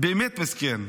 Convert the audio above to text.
באמת מסכן.